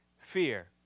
fear